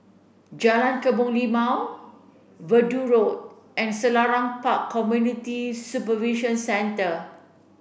Jalan Kebun Limau Verdun Road and Selarang Park Community Supervision Centre